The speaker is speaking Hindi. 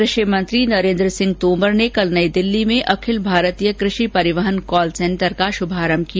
कृषि मंत्री नरेन्द्र सिंह तोमर ने कल नई दिल्ली में अखिल भारतीय कृषि परिवहन कॉल सेंटर का शुभारंभ किया